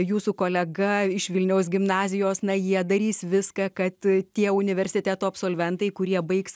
jūsų kolega iš vilniaus gimnazijos na jie darys viską kad tie universiteto absolventai kurie baigs